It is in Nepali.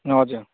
हजुर